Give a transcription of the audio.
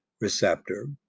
receptor